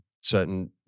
certain